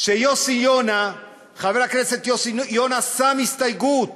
יוסי יונה, חבר הכנסת יוסי יונה, שם הסתייגות